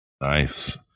Nice